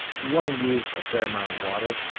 you want to use a fair amount of water.